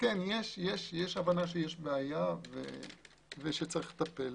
יש הבנה שיש בעיה ושיש לטפל.